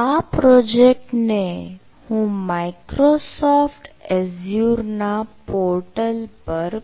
આ પ્રોજેક્ટને હું માઇક્રોસોફ્ટ એઝ્યુર ના portal પર